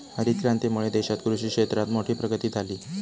हरीत क्रांतीमुळे देशात कृषि क्षेत्रात मोठी प्रगती झाली